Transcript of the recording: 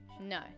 No